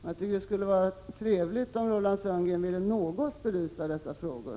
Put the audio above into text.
Jag tycker det skulle vara trevligt om Roland Sundgren ville något belysa dessa frågor.